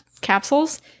capsules